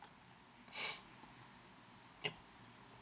yup